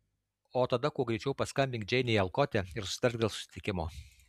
o tada kuo greičiau paskambink džeinei alkote ir susitark dėl susitikimo